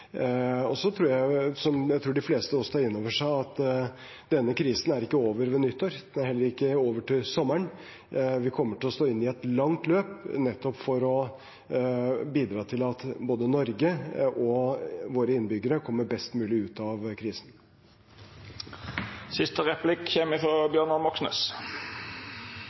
over ved nyttår. Den er heller ikke over til sommeren. Vi kommer til å stå i et langt løp, nettopp for å bidra til at Norge og våre innbyggere kommer best mulig ut av krisen.